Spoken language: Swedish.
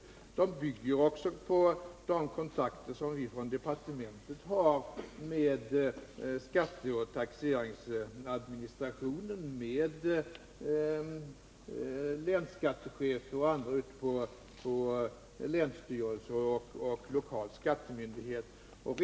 Vidare bygger redogörelsen på de kontakter som departementet har med skatteoch taxeringsadministrationen, med länsskattechefer och andra ute på länsstyrelser och vid lokala skattemyndigheter.